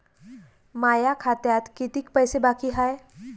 माया खात्यात कितीक पैसे बाकी हाय?